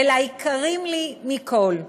וליקרים לי מכול,